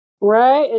Right